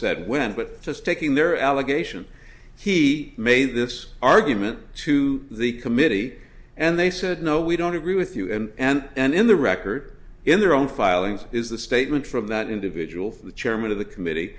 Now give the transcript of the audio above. said when but just taking their allegation he made this argument to the committee and they said no we don't agree with you and in the record in their own filings is the statement from that individual from the chairman of the committee